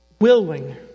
willing